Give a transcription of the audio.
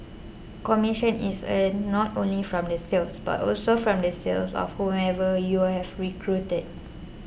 commission is earned not only from the sales but also from the sales of whomever you're have recruited